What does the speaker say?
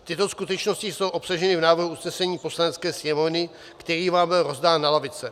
Tyto skutečnosti jsou obsaženy v návrhu usnesení Poslanecké sněmovny, který vám byl rozdán na lavice.